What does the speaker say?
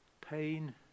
pain